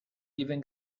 even